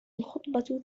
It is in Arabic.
الخطبة